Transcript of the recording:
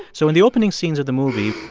so in the opening scenes of the movie.